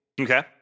Okay